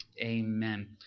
Amen